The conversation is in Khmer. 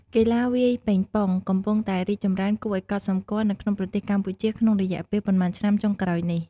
កីឡាវាយប៉េងប៉ុង កំពុងតែរីកចម្រើនគួរឱ្យកត់សម្គាល់នៅក្នុងប្រទេសកម្ពុជាក្នុងរយៈពេលប៉ុន្មានឆ្នាំចុងក្រោយនេះ។